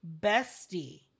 Bestie